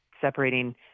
Separating